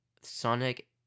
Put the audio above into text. Sonic